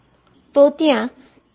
તો ત્યાં કેટલીક પોટેંશિઅલ હોય શકે